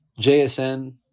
JSN